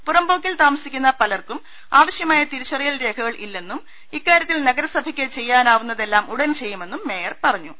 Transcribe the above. പുറംമ്പോക്കിൽ താമസിക്കുന്ന പലർക്കും ആവശ്യമായ തിരിച്ചറിയൽ രേഖകൾ ഇല്ലെന്നും ഇക്കാ ര്യത്തിൽ നഗരസഭയ്ക്ക് ചെയ്യാനാവുന്നതെല്ലാം ഉടൻ ചെയ്യു മെന്നും മേയർ പറഞ്ഞു